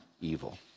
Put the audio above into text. evil